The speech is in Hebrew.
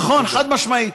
נכון, חד-משמעית.